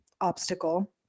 obstacle